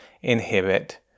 inhibit